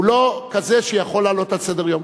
הוא לא כזה שיכול לעלות על סדר-היום.